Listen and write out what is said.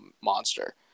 monster